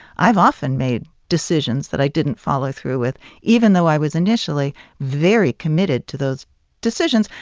i've often made decisions that i didn't follow through with even though i was initially very committed to those decisions.